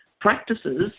practices